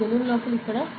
ఈ బెలూన్ లోపల ఇక్కడ